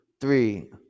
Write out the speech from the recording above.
three